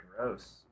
gross